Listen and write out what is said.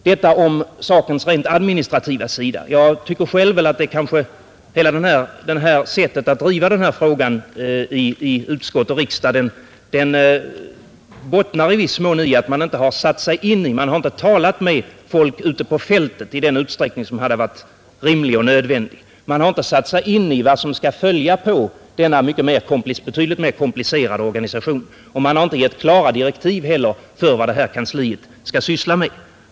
Detta om sakens rent administrativa sida. Jag tycker att hela detta sätt att driva denna fråga i utskott och riksdag i viss mån bottnar i att man inte satt sig in i problemet, man har inte talat med folket ute på fältet i den utsträckning som hade varit rimlig och nödvändig. Man har inte satt sig in i vad som skall följa på denna betydligt mera komplicerade organisation, och man har inte heller gett klara direktiv för vad detta kansli skall syssla med.